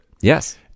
Yes